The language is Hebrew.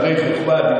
דברי חוכמה,